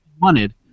wanted